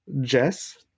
jess